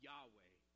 Yahweh